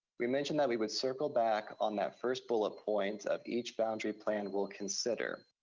we mention that we would circle back on that first bullet point of each boundary plan we'll consider.